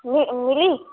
जी मिली